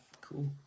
Cool